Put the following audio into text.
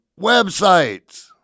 websites